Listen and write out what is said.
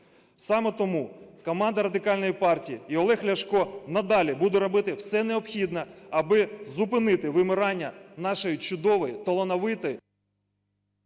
Саме тому команда Радикальної партії і Олег Ляшко надалі будуть робити все необхідне, аби зупинити вимирання нашої чудової, талановитої…